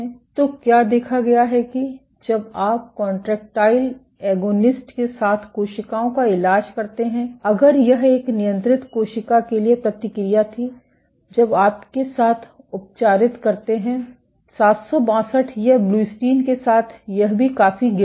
तो क्या देखा गया है कि जब आप कॉन्ट्रैक्टाइल एगोनिस्ट के साथ कोशिकाओं का इलाज करते हैं अगर यह एक नियंत्रित कोशिका के लिए प्रतिक्रिया थी जब आप के साथ उपचारीत करते हैं संदर्भ समय 2806 762 यह ब्लूबिस्टिन के साथ यह भी काफी गिरता है